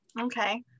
okay